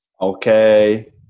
Okay